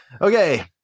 Okay